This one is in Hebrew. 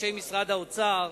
אנשי משרד האוצר,